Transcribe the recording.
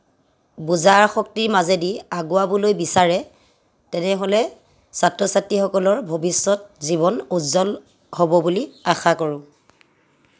বুজাৰ শক্তিৰ মাজেদি আগুৱাবলৈ বিচাৰে তেনেহ'লে ছাত্ৰ ছাত্ৰীসকলৰ ভৱিষ্যত জীৱন উজ্জ্বল হ'ব বুলি আশা কৰোঁ